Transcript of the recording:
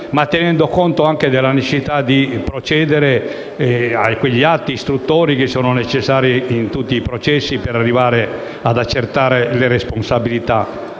tenendo conto della necessità di procedere a quegli atti istruttori doverosi in tutti i processi per arrivare ad accertare le responsabilità,